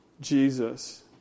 Jesus